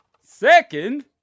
Second